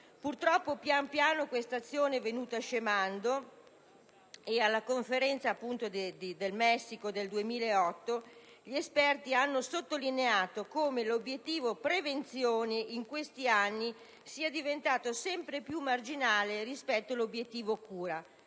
Purtroppo questa azione è venuta progressivamente scemando e, nella stessa Conferenza del Messico del 2008, gli esperti hanno sottolineato come l'obiettivo prevenzione in questi anni sia diventato sempre più marginale rispetto all'obiettivo cura,